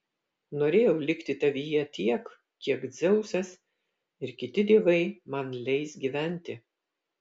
norėjau likti tavyje tiek kiek dzeusas ir kiti dievai man leis gyventi